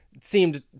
seemed